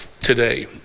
today